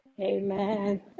Amen